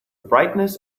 brightness